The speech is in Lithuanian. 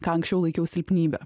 ką anksčiau laikiau silpnybe